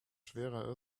schwerer